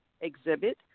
exhibit